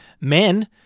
men